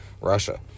Russia